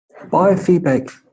Biofeedback